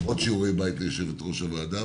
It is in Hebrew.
זה עוד שיעורי בית ליושבת-ראש הוועדה.